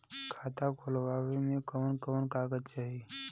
खाता खोलवावे में कवन कवन कागज चाही?